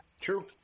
True